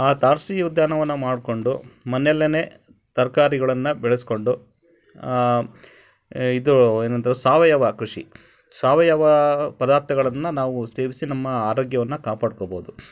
ಆ ತಾರಸಿ ಉದ್ಯಾನವನ ಮಾಡಿಕೊಂಡು ಮನೆಲ್ಲೆ ತರಕಾರಿಗಳನ್ನ ಬೆಳೆಸಿಕೊಂಡು ಇದು ಏನಂತಾರೆ ಸಾವಯವ ಕೃಷಿ ಸಾವಯವ ಪದಾರ್ಥಗಳನ್ನು ನಾವು ಸೇವಿಸಿ ನಮ್ಮ ಆರೋಗ್ಯವನ್ನು ಕಾಪಾಡ್ಕೊಬೋದು